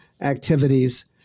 activities